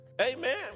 Amen